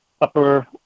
upper